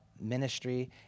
ministry